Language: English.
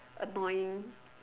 annoying